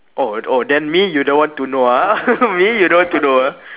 oh oh then me you don't want to know ah me you don't want to know ah